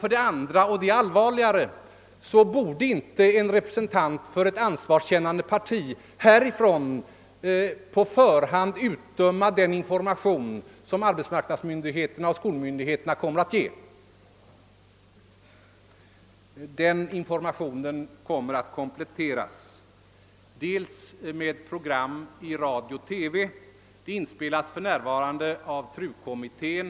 För det andra — och det är allvarligare — borde inte en representant för ett ansvarskännande parti härifrån talarstolen på förhand utdöma den information som arbetsmarknadsmyndigheterna och skolmyndigheterna kommer att ge. Denna information skall kompletteras med ett program i radio och TV som för närvarande inspelas av TRU-kommittén.